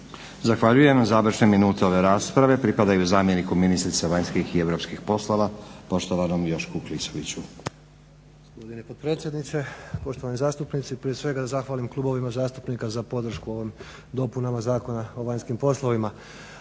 Zahvaljujem. Završne minute ove rasprave pripadaju zamjeniku ministrice vanjskih i europskih poslova poštovanom Jošku Klisuoviću.